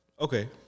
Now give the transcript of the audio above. Okay